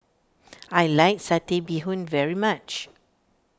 I like Satay Bee Hoon very much